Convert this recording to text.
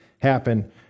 happen